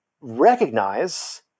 recognize